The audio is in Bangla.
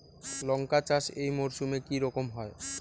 লঙ্কা চাষ এই মরসুমে কি রকম হয়?